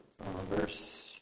verse